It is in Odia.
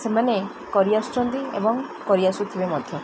ସେମାନେ କରିଆସୁଛନ୍ତି ଏବଂ କରି ଆସୁଥିବେ ମଧ୍ୟ